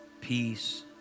Peace